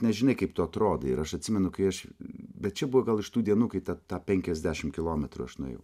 nežinai kaip tu atrodai ir aš atsimenu kai aš bet čia buvo gal iš tų dienų kai tą penkiasdešimt kilometrų aš nuėjau